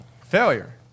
failure